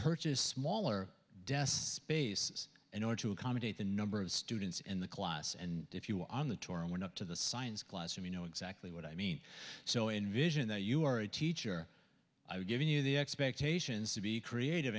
purchased smaller desk in order to accommodate the number of students in the class and if you were on the tour and went up to the science classroom you know exactly what i mean so in vision that you are a teacher i was giving you the expectations to be creative